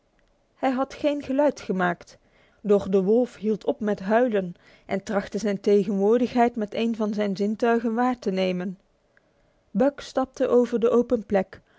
hij had geen geluid gemaakt doch de wolf hield op met huilen en trachtte zijn tegenwoordigheid met één van zijn zintugewarm buck stapte op de open plek